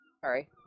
sorry